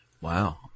Wow